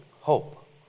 hope